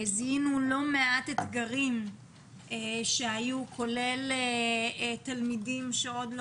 זיהינו לא מעט אתגרים שהיו כולל תלמידים שעוד לא